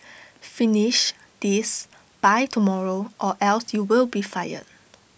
finish this by tomorrow or else you'll be fired